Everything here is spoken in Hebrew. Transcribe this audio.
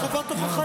חובת ההוכחה